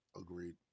Agreed